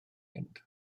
mynd